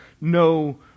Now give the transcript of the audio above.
no